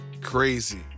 crazy